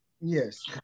yes